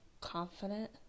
confident